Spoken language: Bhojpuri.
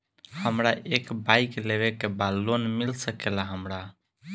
हमरा एक बाइक लेवे के बा लोन मिल सकेला हमरा?